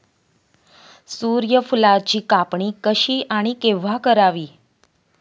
सूर्यफुलाची कापणी कशी आणि केव्हा करावी?